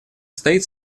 стоит